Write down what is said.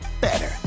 Better